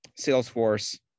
Salesforce